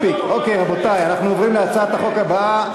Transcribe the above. רבותי, אנחנו עוברים להצעת החוק הבאה: